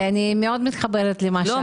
אני מאוד מתחברת למה שאמרת.